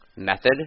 Method